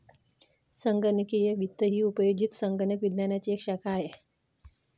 संगणकीय वित्त ही उपयोजित संगणक विज्ञानाची एक शाखा आहे